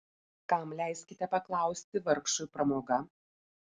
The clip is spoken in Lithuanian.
kam leiskite paklausti vargšui pramoga